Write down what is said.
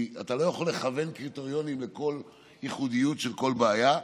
כי אתה לא יכול לכוון קריטריונים לכל ייחודיות של כל בעיה.